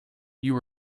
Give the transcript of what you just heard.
you